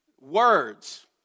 words